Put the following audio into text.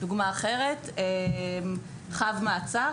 דוגמה אחרת היא צו מעצר,